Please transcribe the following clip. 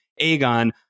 Aegon